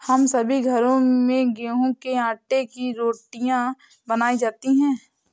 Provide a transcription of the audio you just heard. हम सभी के घरों में गेहूं के आटे की रोटियां बनाई जाती हैं